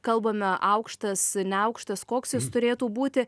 kalbame aukštas neaukštas koks jis turėtų būti